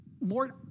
Lord